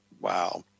Wow